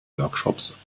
workshops